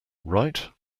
right